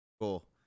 cool